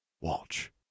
Watch